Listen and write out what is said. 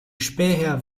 späher